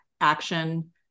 action